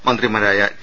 മന്ത്രിമാരായ ടി